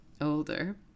older